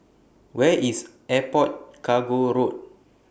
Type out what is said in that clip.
Where IS Airport Cargo Road